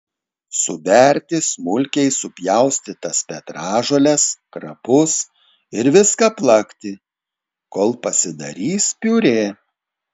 suberti smulkiai supjaustytas petražoles krapus ir viską plakti kol pasidarys piurė